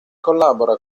collabora